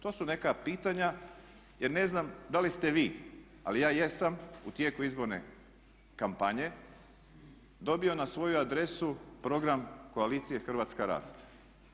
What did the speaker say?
To su neka pitanja jer ne znam da li ste vi, ali ja jesam u tijeku izborne kampanje dobio na svoju adresu program koalicije Hrvatska raste.